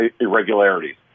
irregularities